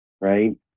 Right